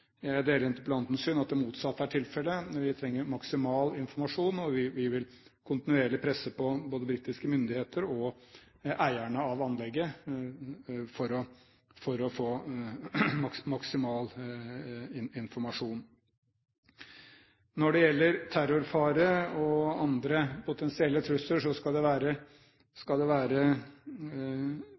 Jeg deler interpellantens syn, at det motsatte er tilfellet. Vi trenger maksimal informasjon, og vi vil kontinuerlig presse på både britiske myndigheter og eierne av anlegget for å få maksimal informasjon. Når det gjelder terrorfare og andre potensielle trusler, skal ikke jeg opphøye meg til noen stor ekspert på det området, men jeg vil vel kanskje tro at det